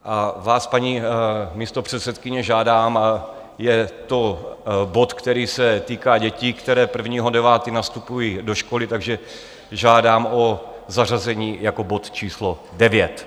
A vás, paní místopředsedkyně, žádám, je to bod, který se týká dětí, které 1. 9. nastupují do školy, takže žádám o zařazení jako bod číslo 9.